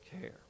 care